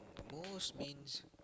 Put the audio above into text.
most means